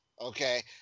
Okay